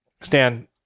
Stan